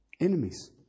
enemies